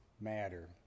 matter